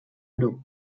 grup